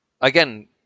again